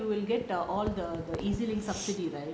you will get the all the EZ-Link subsidy right